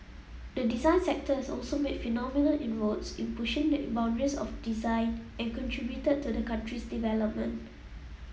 the design sector has also made phenomenal inroads in pushing the boundaries of design and contributed to the country's development